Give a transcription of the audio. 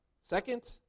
Second